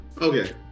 Okay